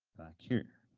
back here.